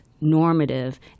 normative